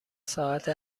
ساعت